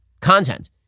content